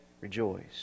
rejoice